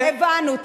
הבנו.